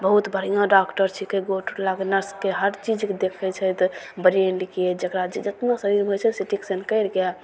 बहुत बढ़िआँ डॉक्टर छिकै गोड़ टुटलाके नसके हर चीजके देखय छै तऽ बरेण्डके जकरा जे जेतना शरीरमे होइ छै सी टी स्कैन करिके